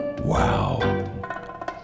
Wow